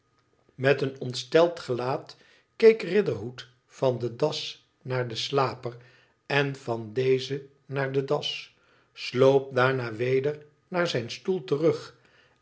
met een ontsteld gelaat keek riderhood van de das naar den slaper en van dezen naar de das sloop daarna weder naar zijn stoel terug